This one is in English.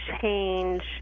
change